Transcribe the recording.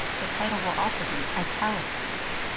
the title will also be italicized.